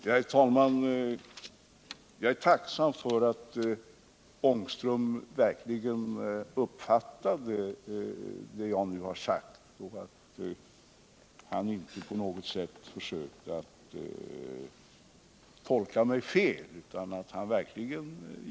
Herr talman! Jag är tacksam över att herr Ångström verkligen uppfattade vad jag sade och inte på något sätt försökte tolka mig fel.